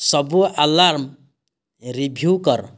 ସବୁ alarm review କର